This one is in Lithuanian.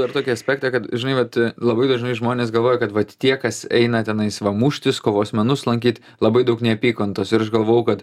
dar tokį aspektą kad žinai vat labai dažnai žmonės galvoja kad vat tie kas eina tenais muštis kovos menus lankyt labai daug neapykantos ir aš galvojau kad